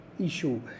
issue